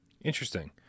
Interesting